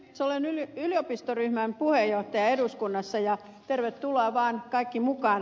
olen yliopistoryhmän puheenjohtaja eduskunnassa ja tervetuloa vaan kaikki mukaan